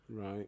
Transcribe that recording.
Right